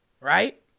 Right